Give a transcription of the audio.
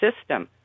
system